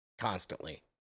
constantly